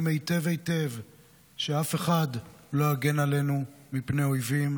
היטב היטב שאף אחד לא יגן עלינו מפני אויבים,